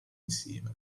insieme